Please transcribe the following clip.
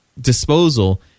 disposal